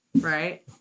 right